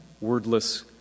wordless